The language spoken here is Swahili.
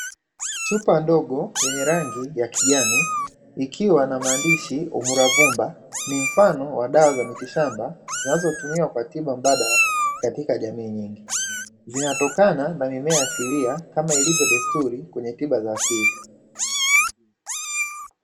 Chupa ndogo yenye rangi ya kijani ikiwa na maandishi ''UMURA VUMBA'' ni mfano wa dawa za mitishamba zinazotumiwa kama tiba mbadala katika jamii nyingi. Zinatokana na mimea asilia kama ilivyo desturi kwenye tiba za asili.